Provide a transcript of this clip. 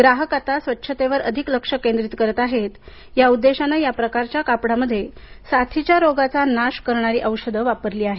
ग्राहक आता स्वच्छतेवर अधिक लक्ष केंद्रित करीत आहेत या उद्देशाने या प्रकारच्या कापडामध्ये साथीच्या रोगाचा नाश करणारी औषधी वापरली आहेत